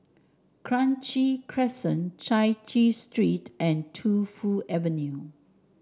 Kranji Crescent Chai Chee Street and Tu Fu Avenue